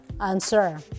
answer